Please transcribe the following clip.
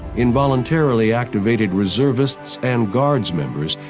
involuntarily activated reservists and guard members,